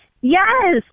yes